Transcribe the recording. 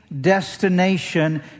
destination